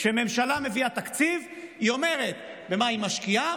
כשממשלה מביאה תקציב היא אומרת במה היא משקיעה,